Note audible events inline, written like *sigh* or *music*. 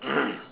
*coughs*